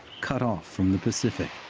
cut off from the pacific.